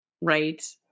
Right